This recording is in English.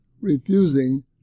refusing